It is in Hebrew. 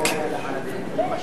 אדוני